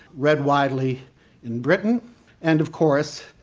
read widely in britain and, of course,